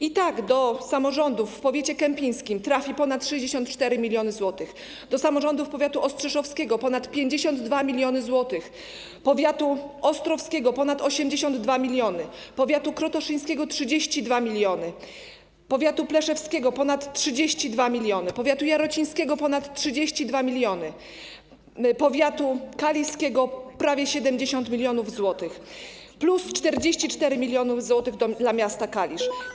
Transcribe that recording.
I tak, do samorządów powiatu kępińskiego trafi ponad 64 mln zł, powiatu ostrzeszowskiego - ponad 52 mln zł, powiatu ostrowskiego - ponad 82 mln, powiatu krotoszyńskiego - 32 mln, powiatu pleszewskiego - ponad 32 mln, powiatu jarocińskiego - ponad 32 mln, powiatu kaliskiego - prawie 70 mln zł plus 44 mln zł dla miasta Kalisza.